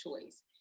choice